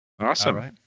Awesome